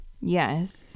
Yes